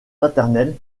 paternelle